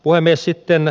puhemies